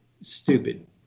stupid